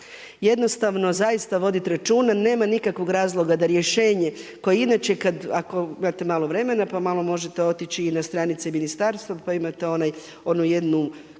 Jednostavno zaista voditi računa nema nikakvog razloga da rješenje koje inače kada ako imate malo vremena pa malo možete otići i na stranice ministarstva pa imate onu jednu